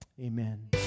Amen